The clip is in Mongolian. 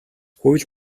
хууль